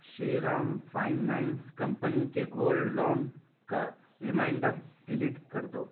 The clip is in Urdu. شری رام فائنائنس کمپنی کے گولڈ لون کا ریمائینڈر ڈلیٹ کر دو